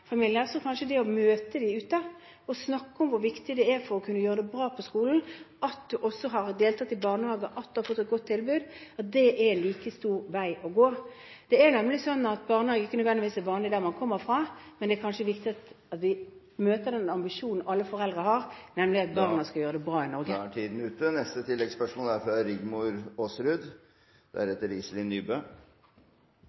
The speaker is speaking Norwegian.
kanskje det å møte dem og snakke om hvor viktig det er for å kunne gjøre det bra på skolen at man har gått i barnehage, at man har fått et godt tilbud, en like god vei å gå. Det er nemlig sånn at barnehage ikke nødvendigvis er vanlig der man kommer fra. Men det er kanskje viktig at vi møter den ambisjonen alle foreldre har, nemlig at barna skal gjøre det